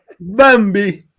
Bambi